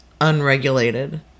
unregulated